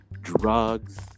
drugs